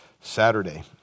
Saturday